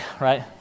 right